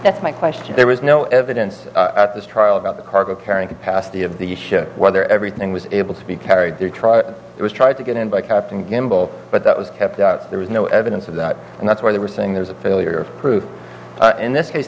guess my question there was no evidence at this trial about the cargo carrying capacity of the ship whether everything was able to be carried through trial it was tried to get in by captain gamble but that was kept there was no evidence of that and that's why they were saying there's a failure of proof in this case